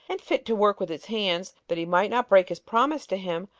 and fit to work with his hands, that he might not break his promise to him,